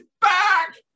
back